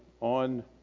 on